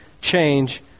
change